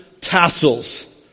tassels